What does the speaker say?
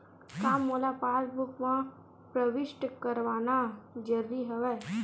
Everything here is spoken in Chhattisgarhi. का मोला पासबुक म प्रविष्ट करवाना ज़रूरी हवय?